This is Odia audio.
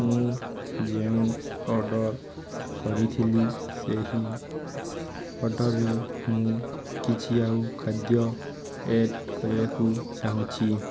ମୁଁ ଯେଉଁ ଅର୍ଡ଼ର କରିଥିଲି ସେହି ଅର୍ଡ଼ରରେ ମୁଁ କିଛି ଆଉ ଖାଦ୍ୟ ଏଡ଼୍ କରିବାକୁ ଚାହୁଁଛି